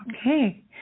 Okay